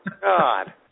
God